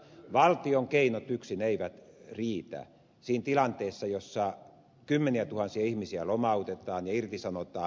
valtion keinot yksin eivät riitä siinä tilanteessa jossa kymmeniätuhansia ihmisiä lomautetaan ja irtisanotaan